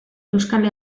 euskal